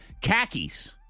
Khakis